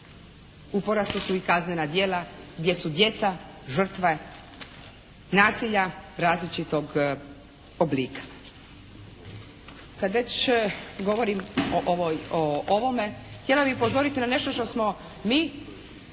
u porastu su i kaznena djela gdje su djeca žrtve nasilja različitog oblika. Kad već govorim o ovome htjela bih upozoriti na nešto što smo mi